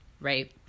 right